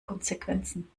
konsequenzen